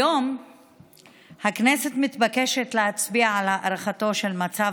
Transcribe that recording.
היום הכנסת מתבקשת להצביע על הארכתו של מצב